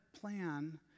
plan